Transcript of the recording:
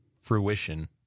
Fruition